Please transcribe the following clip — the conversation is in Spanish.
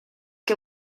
que